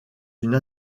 une